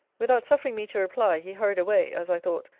without suffering me to reply, he hurried away, as i thought,